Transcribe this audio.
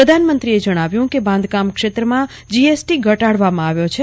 પ્રધાનમંત્રીએ જણાવ્યું કેબાંધકામ ક્ષેત્રમાં જીએસટી ઘટાડવામાં આવ્યો છે